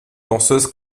danseuse